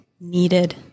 needed